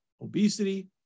Obesity